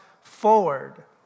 forward